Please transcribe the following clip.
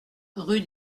rue